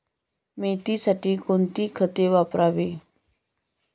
मेथीसाठी कोणती खते वापरावी?